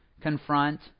confront